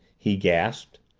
he gasped.